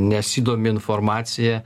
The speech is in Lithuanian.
nesidomi informacija